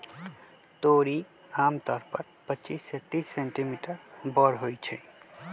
तोरी आमतौर पर पच्चीस से तीस सेंटीमीटर बड़ होई छई